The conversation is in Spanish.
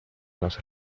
nos